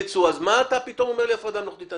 אז מה אתה פתאום אומר לי הפרדה מלאכותית?